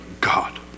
God